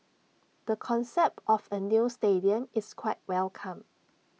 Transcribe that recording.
the concept of A new stadium is quite welcome